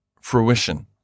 fruition